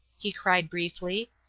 he cried, briefly,